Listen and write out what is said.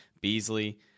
Beasley